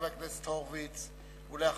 חבר הכנסת הורוביץ, בבקשה.